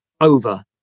over